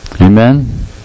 Amen